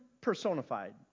personified